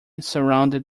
surrounded